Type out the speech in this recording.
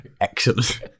Excellent